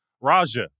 Raja